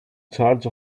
charge